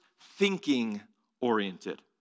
thinking-oriented